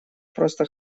просто